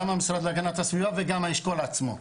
גם המשרד להגנת הסביבה וגם האשכול עצמו.